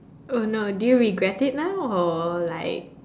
oh no do you regret it now or like